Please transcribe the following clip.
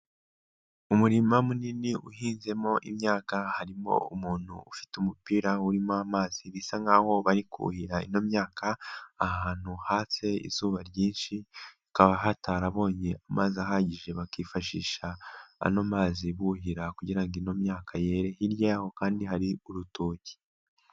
Umurima munini uhinzemo imyaka harimo umuntu ufite umupira urimo amazi, bisa nk'aho bari kuhira ino myaka ahantu hatse izuba ryinshi, hakaba hatarabonye amazi ahagije bakifashisha ano mazi buhira kugira ngo ino myaka yere, hirya yaho kandi hari urutoki.